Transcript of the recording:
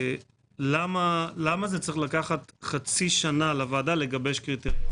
למה צריך לקחת חצי שנה לוועדה להשלים את הרשימה?